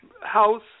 House